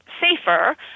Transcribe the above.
safer